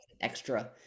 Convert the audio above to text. extra